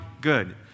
Good